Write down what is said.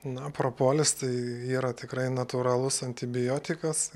na propolis tai yra tikrai natūralus antibiotikas